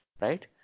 right